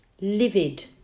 livid